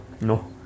No